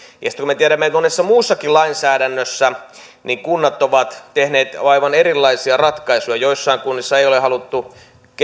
kun me tiedämme että monessa muussakin lainsäädännössä kunnat ovat tehneet aivan erilaisia ratkaisuja joissain kunnissa ei ole haluttu